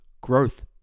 Growth